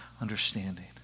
understanding